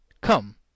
Come